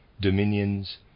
dominions